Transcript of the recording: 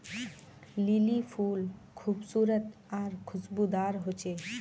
lily फुल खूबसूरत आर खुशबूदार होचे